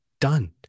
done